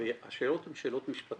והשאלות הן שאלות משפטיות.